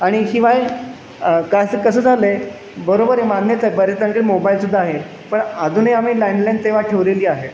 आणि शिवाय कास कसं झालं आहे बरोबर आहे मान्यच आहे बरेचजणांकडे मोबाइलसुद्धा आहे पण अजूनही आम्ही लँडलाईन सेवा ठेवलेली आहे